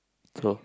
so